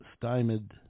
stymied